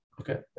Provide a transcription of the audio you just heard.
Okay